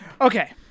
okay